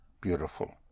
beautiful